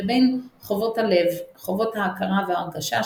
לבין "חובות הלב" - חובות ההכרה וההרגשה,